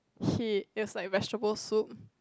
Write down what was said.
he is like vegetable soup